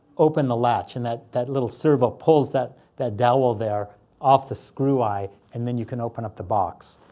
open the latch. and that that little servo pulls that that dowel there off the screw eye, and then you can open up the box.